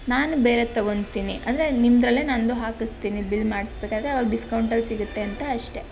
ನಾನು ಬೇರೇದು ತೊಗೊಂತೀನಿ ಅಂದರೆ ನಿಮ್ಮದರಲ್ಲೇ ನನ್ನದು ಹಾಕಿಸ್ತೀನಿ ಬಿಲ್ ಮಾಡಿಸಬೇಕಾದರೆ ಆವಾಗ ಡಿಸ್ಕೌಂಟಲ್ಲಿ ಸಿಗತ್ತೆ ಅಂತ ಅಷ್ಟೆ